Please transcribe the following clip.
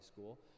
school